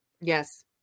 Yes